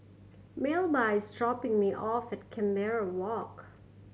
Melba is dropping me off at Canberra Walk